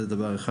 זה דבר אחד.